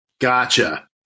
Gotcha